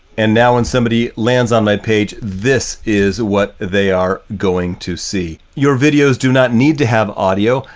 and now when somebody lands on my page, this is what they are going to see. your videos do not need to have audio.